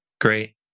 Great